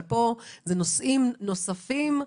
אבל פה אלה נושאים נוספים ואחרים.